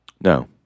no